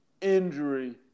injury